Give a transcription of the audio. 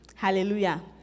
Hallelujah